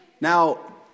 Now